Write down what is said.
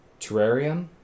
terrarium